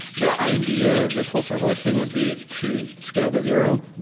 the idea of this whole serverless thing would be to scale to zero.